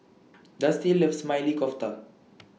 Dusty loves Maili Kofta